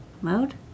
Mode